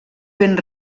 ben